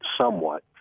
somewhat